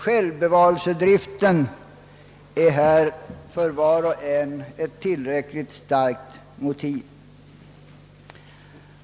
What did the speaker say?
Självbevarelsedriften är här för var och en ett tillräckligt starkt motiv.